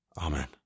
Amen